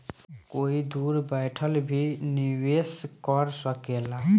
कोई दूर बैठल भी निवेश कर सकेला